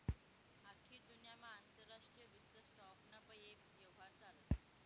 आख्खी दुन्यामा आंतरराष्ट्रीय वित्त स्टॉक ना बये यव्हार चालस